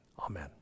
Amen